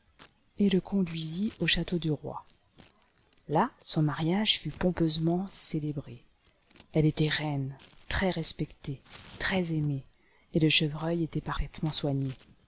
et le conduisit au château du roi là son mariage fut pompeusement célébré elle était reine très respectée et très aimée et le chevreuil était parfaitement soigné